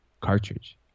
cartridge